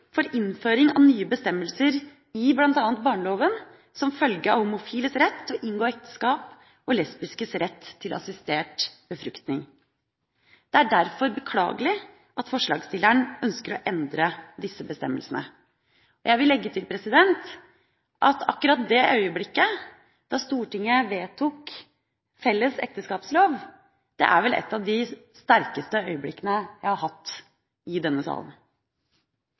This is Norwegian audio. for innføring av nye bestemmelser i bl.a. barneloven som følge av homofiles rett til å inngå ekteskap og lesbiskes rett til assistert befruktning. Det er derfor beklagelig at forslagsstillerne ønsker å endre disse bestemmelsene. Jeg vil legge til at akkurat det øyeblikket da Stortinget vedtok felles ekteskapslov, er vel et av de sterkeste øyeblikkene jeg har hatt i denne salen.